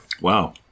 Wow